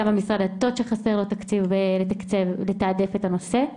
גם במשרד הדתות שחסר לו תקציב לתעדף את הנושא.